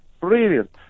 Brilliant